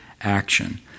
action